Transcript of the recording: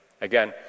Again